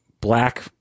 black